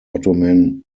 ottoman